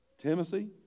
Timothy